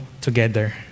together